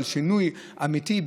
שינוי אמיתי,